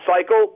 cycle